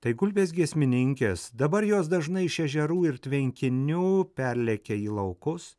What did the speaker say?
tai gulbės giesmininkės dabar jos dažnai iš ežerų ir tvenkinių perlekia į laukus